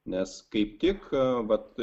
nes kaip tik vat